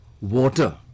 water